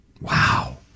Wow